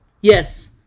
yes